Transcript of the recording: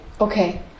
Okay